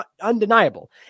undeniable